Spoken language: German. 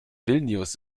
vilnius